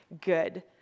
good